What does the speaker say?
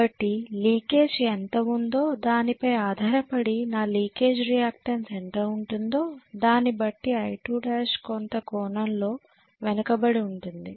కాబట్టి లీకేజ్ ఎంత ఉందో దానిపై ఆధారపడి నా లీకేజ్ రియాక్టన్స్ ఎంత ఉంటుందో దానిబట్టి I2l కొంత కోణంలో వెనుకబడి ఉంటుంది